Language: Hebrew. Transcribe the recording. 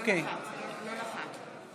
חוק ההוצאה לפועל (תיקון מס' 65),